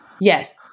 Yes